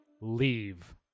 Leave